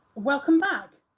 welcome back!